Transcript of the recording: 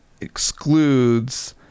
excludes